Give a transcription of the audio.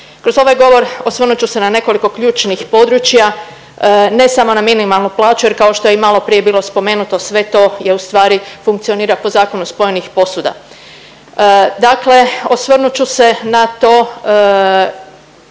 Kroz ovaj govor osvrnut ću se na nekoliko ključnih područja, ne samo na minimalnu plaću jer kao što je i maloprije bilo spomenuto sve to ustvari funkcionira po zakonu spojenih posuda. Dakle osvrnut ću se na to